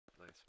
Nice